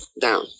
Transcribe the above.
down